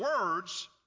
words